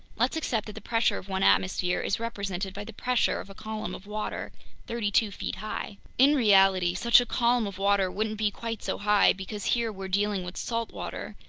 let's accept that the pressure of one atmosphere is represented by the pressure of a column of water thirty-two feet high. in reality, such a column of water wouldn't be quite so high because here we're dealing with salt water,